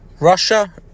Russia